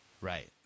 Right